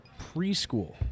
preschool